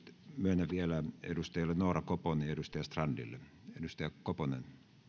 myönnän vielä edustaja noora koposelle ja edustaja strandille edustaja koponen